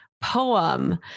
Poem